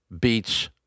beats